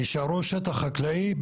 יישארו שטח חקלאי,